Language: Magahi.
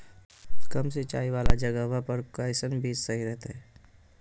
कम सिंचाई वाला जगहवा पर कैसन बीज सही रहते?